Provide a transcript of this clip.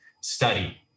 study